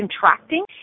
contracting